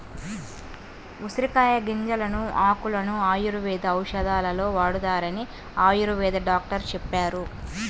ఉసిరికాయల గింజలను, ఆకులను ఆయుర్వేద ఔషధాలలో వాడతారని ఆయుర్వేద డాక్టరు చెప్పారు